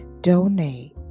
Donate